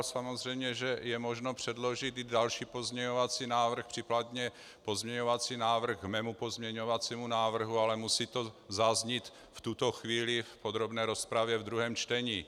Samozřejmě že je možno předložit i další pozměňovací návrh, případně pozměňovací návrh k mému pozměňovacímu návrhu, ale musí to zaznít v tuto chvíli v podrobné rozpravě ve druhém čtení.